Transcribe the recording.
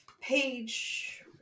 Page